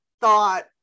thought